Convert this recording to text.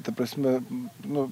ta prasme nu